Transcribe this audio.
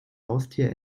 haustier